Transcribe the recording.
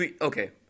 Okay